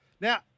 Now